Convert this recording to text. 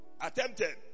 Attempted